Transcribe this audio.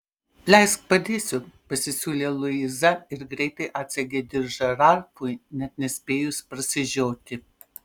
leisk padėsiu pasisiūlė luiza ir greitai atsegė diržą ralfui net nespėjus prasižioti